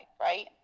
right